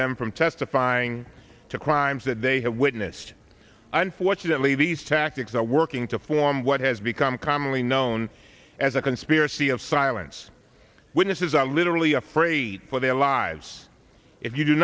them from testifying to crimes that they have witnessed unfortunately these tactics are working to form what has become commonly known as a conspiracy of silence witnesses are literally afraid for their lives if you do